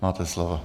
Máte slovo.